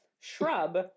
shrub